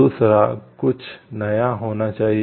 दूसरा कुछ नया होना चाहिए